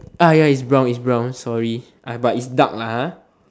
ya it's brown it's brown sorry ya but it's dark lah